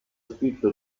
scritto